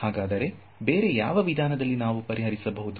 ಹಾಗಾದರೆ ಬೇರೆ ಯಾವ ವಿಧಾನದಲ್ಲಿ ನಾವು ಪರಿಹರಿಸಬಹುದು